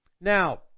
Now